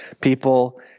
People